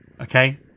Okay